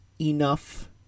enough